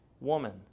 woman